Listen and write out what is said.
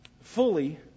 fully